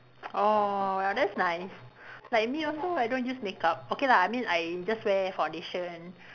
oh that's nice like me also I don't use makeup okay lah I mean I just wear foundation